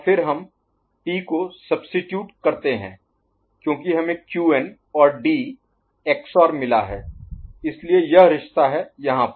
और फिर हम T को सबस्टीट्यूट Substitute स्थानापन्न करते हैं क्योंकि हमें Qn और D XOR मिला है इसलिए यह रिश्ता है यहाँ पर